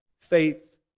faith